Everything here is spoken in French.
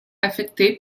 affectés